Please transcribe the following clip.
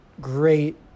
great